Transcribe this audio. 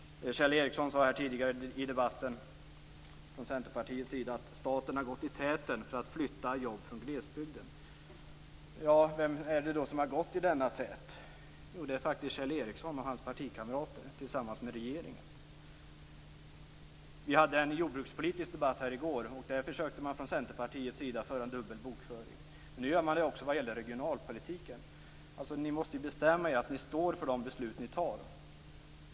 Kjell Ericsson sade tidigare i debatten från Centerpartiets sida att staten har gått i täten för att flytta jobb från glesbygden. Vem är det då som har gått i denna tät? Jo, det är faktiskt Kjell Ericsson och hans partikamrater tillsammans med regeringen. Vi hade en jordbrukspolitisk debatt här i går. Då försökte man från Centerpartiets sida föra en dubbel bokföring. Nu gör man det även i fråga om regionalpolitiken. Ni i Centerpartiet måste bestämma er för att stå för de beslut som ni fattar.